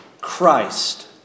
Christ